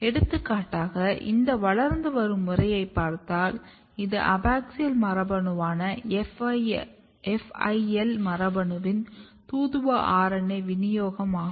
எடுத்துக்காட்டாக இந்த வளர்ந்து வரும் முறையைப் பார்த்தால் இது அபாக்ஸியல் மரபணுவான FIL மரபணுவின் தூதுவ RNA விநியோகம் ஆகும்